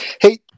Hey